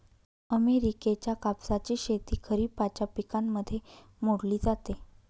अमेरिकेच्या कापसाची शेती खरिपाच्या पिकांमध्ये मोडली जाते